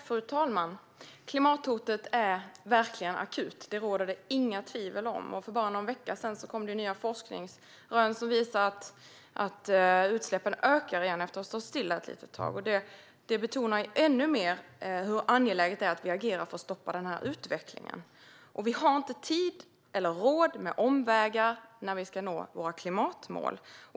Fru talman! Klimathotet är verkligen akut. Det råder det inga tvivel om. För bara någon vecka sedan kom det nya forskningsrön som visade att utsläppen ökar igen efter att ha stått stilla ett litet tag. Det betonar ännu mer hur angeläget det är att vi agerar för att stoppa denna utveckling. Vi har inte tid eller råd med omvägar när vi ska nå våra klimatmål.